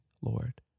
Lord